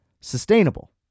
sustainable